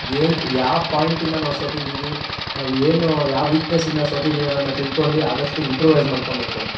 ಏನು ಯಾವ ಪಾಯಿಂಟ್ ಇಂದ ನಾವು ಸೋತಿದ್ದೀವಿ ನಾವು ಏನು ಯಾವ ವೀಕ್ನೆಸ್ ಇಂದ ಸೋತಿದ್ದೀವಿ ಅನ್ನೋದನ್ನ ತಿಳ್ಕೊಂಡು ಆದಷ್ಟು ಇಂಪ್ರೂವೈಸ್ ಮಾಡ್ಕೋಬೇಕು